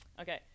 okay